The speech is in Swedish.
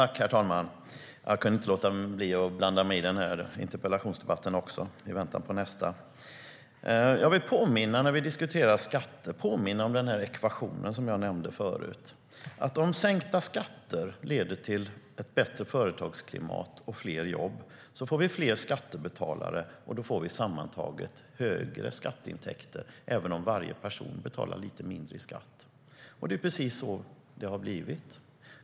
Herr talman! Jag kunde inte låta bli att blanda mig i den här interpellationsdebatten i väntan på nästa. När vi diskuterar skatter vill jag påminna om ekvationen som jag nämnde förut. Om sänkta skatter leder till ett bättre företagsklimat och fler jobb, så får vi fler skattebetalare och sammantaget högre skatteintäkter, även om varje person betalar lite mindre i skatt. Det är precis så det har blivit.